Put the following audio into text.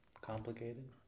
complicated